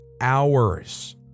hours